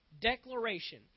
declaration